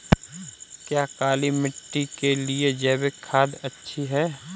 क्या काली मिट्टी के लिए जैविक खाद अच्छी है?